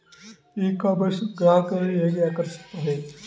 E commerce ಗ್ರಾಹಕರನ್ನು ಹೇಗೆ ಆಕರ್ಷಿಸುತ್ತದೆ?